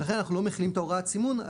ולכן אנחנו לא מחילים את הוראת הסימון,